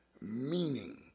meaning